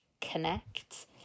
connect